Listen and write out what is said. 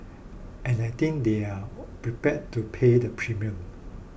and I think they're prepared to pay the premium